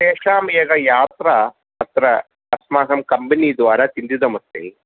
तेषाम् एका यात्रा अत्र अस्माकं कम्पेनीद्वारा चिन्तितमस्ति